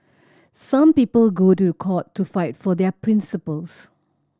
some people go to court to fight for their principles